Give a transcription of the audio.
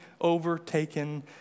overtaken